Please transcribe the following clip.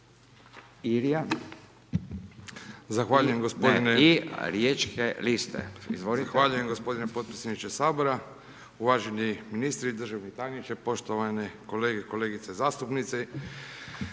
Zahvaljujem gospodine podpredsjedniče sabora, uvaženi ministri i državni tajniče, poštovane kolege, kolegice zastupnice,